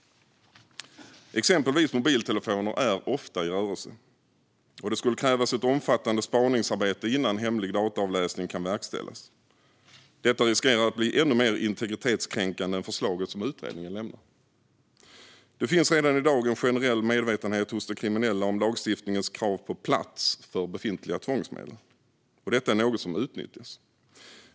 Exempelvis mobiltelefoner är ofta i rörelse. Det skulle krävas ett omfattande spaningsarbete innan hemlig dataavläsning kan verkställas. Detta riskerar att bli ännu mer integritetskränkande än förslaget som utredningen lämnat. Det finns redan i dag en generell medvetenhet hos de kriminella om lagstiftningens krav på plats för befintliga tvångsmedel. Detta är något som utnyttjas.